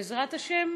בעזרת השם,